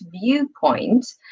viewpoint